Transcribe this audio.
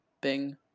Bing